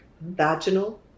Vaginal